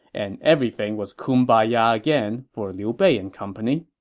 and everything was kumbaya ah again for liu bei and company